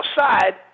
outside